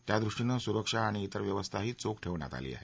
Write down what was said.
त्यादृष्टीनं सुरक्षा आणि तिर व्यवस्थाही चोख ठेवण्यात आली आहे